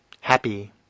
Happy